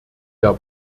der